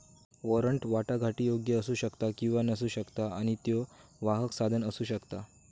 warrant वाटाघाटीयोग्य असू शकता किंवा नसू शकता आणि त्यो वाहक साधन असू शकता